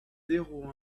zéro